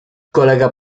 kolega